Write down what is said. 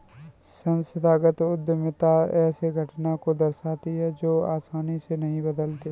संस्थागत उद्यमिता ऐसे घटना को दर्शाती है जो आसानी से नहीं बदलते